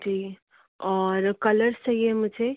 जी और कलर्स चाहिए मुझे